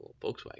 Volkswagen